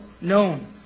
Known